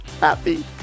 happy